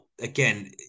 again